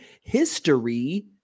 history